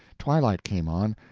twilight came on,